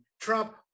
Trump